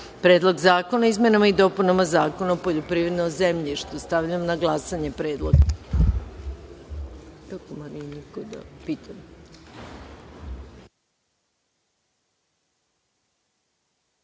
Predlog zakona o izmenama i dopunama Zakona o poljoprivrednom zemljištu. Stavljam na glasanje ovaj